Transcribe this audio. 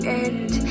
end